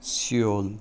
Seoul